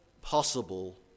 possible